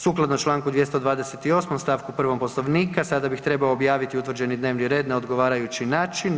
Sukladno čl. 228. st. 1. Poslovnika sada bih trebao objaviti utvrđeni dnevni red na odgovarajući način.